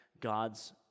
God's